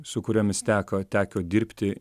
su kuriomis teko teko dirbti